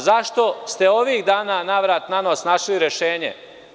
Zašto ste ovih dana navrat nanos našli rešenje?